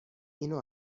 اینو